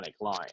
line